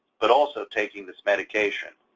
but also taking this medication.